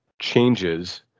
changes